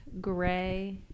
gray